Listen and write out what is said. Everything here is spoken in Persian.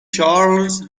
چارلز